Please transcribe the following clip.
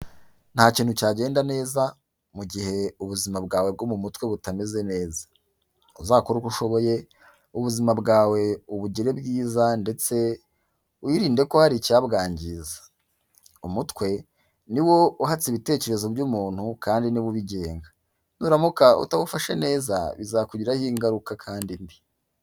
Nta kintu cyagenda neza mu gihe ubuzima bwawe bwo mu mutwe butameze neza. Uzakore uko ushoboye ubuzima bwawe ubugire bwiza ndetse wirinde ko hari icyabwangiza. Umutwe ni wo uhatse ibitekerezo by'umuntu, kandi ni wo ubigenga. Nuramuka utawufashe neza bizakugiraho ingaruka kandi mbi.